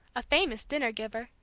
a famous dinner-giver,